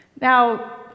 Now